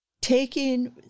taking